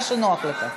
מה שנוח לך.